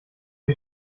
die